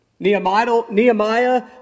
Nehemiah